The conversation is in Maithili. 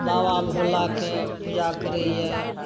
बाबा भोलाके पूजा करैए